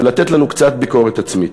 ולתת לנו קצת ביקורת עצמית.